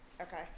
Okay